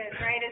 right